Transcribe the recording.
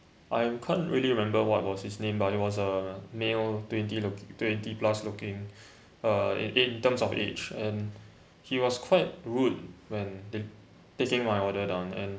I can't really remember what was his name but he was a male twenty to twenty plus looking uh in in terms of age and he was quite rude when take taking my order down and